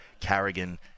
Carrigan